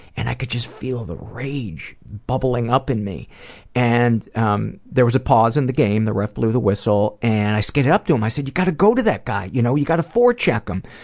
and i could just feel the rage bubbling up in me and um there was a pause in the game, the ref blew the whistle, and i skated up to him and said you've gotta go to that guy! you know you've gotta forecheck him!